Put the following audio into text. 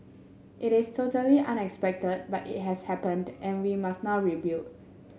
it is totally unexpected but it has happened and we must now rebuild